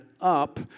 up